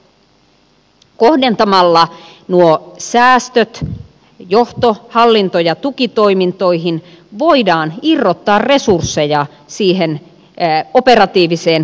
kohdentamalla nuo säästöt johto hallinto ja tukitoimintoihin voidaan irrottaa resursseja siihen operatiiviseen kenttätyöhön